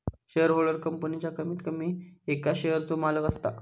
shareholder कंपनीच्या कमीत कमी एका शेयरचो मालक असता